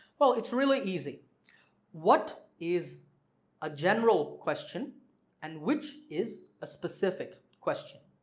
well it's really easy what is a general question and which is a specific question.